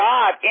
God